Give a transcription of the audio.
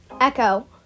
Echo